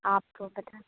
آپ کو پتہ